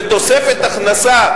ותוספת הכנסה